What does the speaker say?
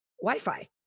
Wi-Fi